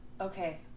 Okay